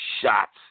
shots